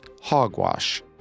hogwash